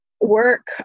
work